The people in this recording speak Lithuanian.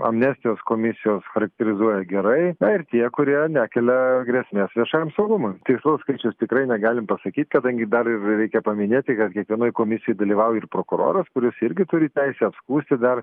amnestijos komisijos charakterizuoja gerai na ir tie kurie nekelia grėsmės viešajam saugumui tikslaus skaičiaus tikrai negalim pasakyt kadangi dar ir reikia paminėti kad kiekvienoj komisijoj dalyvauja ir prokuroras kuris irgi turi teisę apskųsti dar